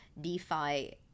DeFi